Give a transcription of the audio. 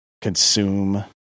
consume